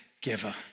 giver